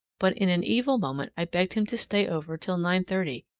but in an evil moment i begged him to stay over till nine thirty,